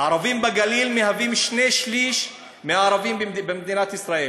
הערבים בגליל הם שני-שלישים מהערבים במדינת ישראל.